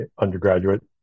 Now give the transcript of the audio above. undergraduate